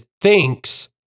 thinks